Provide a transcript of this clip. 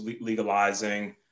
legalizing